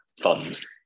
funds